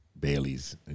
Bailey's